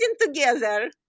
together